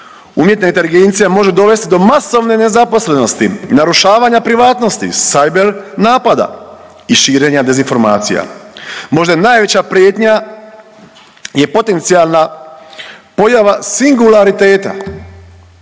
Umjetna inteligencija može donijeti do masovne nezaposlenosti, narušavanja privatnosti, cyber napada i širenja dezinformacija. Možda je najveća prijetnja je potencijalna pojava singulariteta,